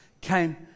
came